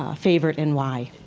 ah favorite and why